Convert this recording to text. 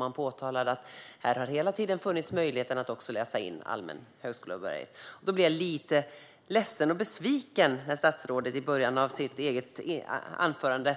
Man nämnde att det hela tiden har funnits möjlighet att läsa in allmän högskolebehörighet. Därför blev jag lite ledsen och besviken när det i början av statsrådets anförande